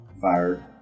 fired